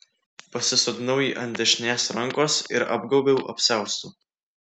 pasisodinau jį ant dešinės rankos ir apgaubiau apsiaustu